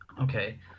okay